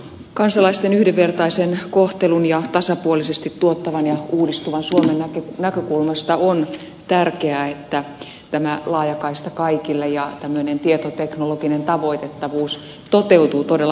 kansalaisten yhdenvertaisen kohtelun ja tasapuolisesti tuottavan ja uudistuvan suomen näkökulmasta on tärkeää että tämä laajakaista kaikille ja tämmöinen tietoteknologinen tavoitettavuus toteutuu todella mahdollisimman pian